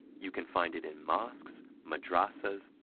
you can find it in mosques, madrasas,